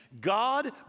God